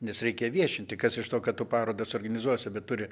nes reikia viešinti kas iš to kad tu parodą suorganizuosi bet turi